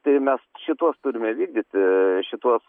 tai mes šituos turime vykdyti šituos